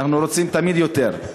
אנחנו רוצים תמיד יותר.